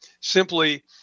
simply